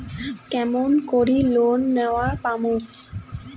কেমন করি লোন নেওয়ার পামু?